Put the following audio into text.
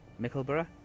mickleborough